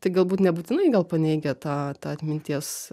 tai galbūt nebūtinai gal paneigia tą tą atminties